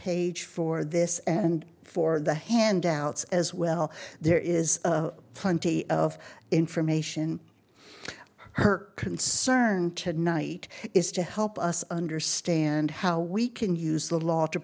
page for this and for the handouts as well there is plenty of information her concern tonight is to help us understand how we can use the law to